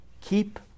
keep